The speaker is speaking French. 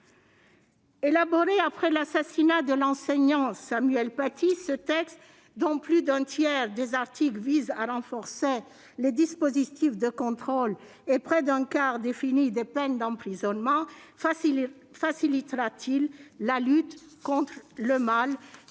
Élaboré après l'assassinat de l'enseignant Samuel Paty, ce texte, dont plus d'un tiers des articles vise à renforcer les dispositifs de contrôle et près d'un quart définit des peines d'emprisonnement, facilitera-t-il la lutte contre le mal